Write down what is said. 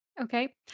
okay